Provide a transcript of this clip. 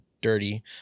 dirty